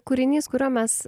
kūrinys kurio mes